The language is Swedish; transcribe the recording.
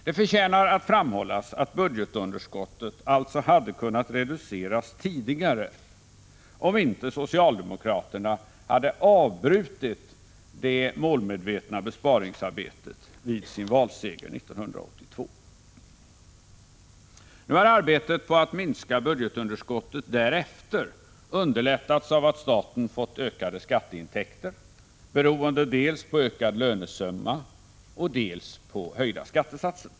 Det förtjänar att framhållas att budgetunderskottet alltså hade kunnat reduceras tidigare om inte socialdemokraterna hade avbrutit det målmedvetna besparingsarbetet vid sin valseger 1982. Nu har arbetet på att minska budgetunderskottet därefter underlättats av att staten har fått ökade skatteintäkter, beroende på dels ökad lönesumma, dels höjda skattesatser.